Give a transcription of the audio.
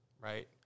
right